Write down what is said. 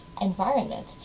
environment